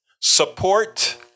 support